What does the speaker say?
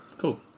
cool